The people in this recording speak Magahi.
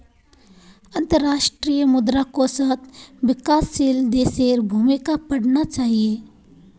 अंतर्राष्ट्रीय मुद्रा कोषत विकासशील देशेर भूमिका पढ़ना चाहिए